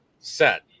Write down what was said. set